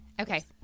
Okay